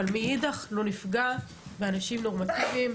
אבל מאידך, לא נפגע באנשים נורמטיביים,